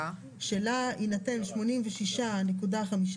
שלה יינתן "86.58%,